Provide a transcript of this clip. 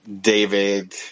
David